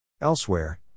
Elsewhere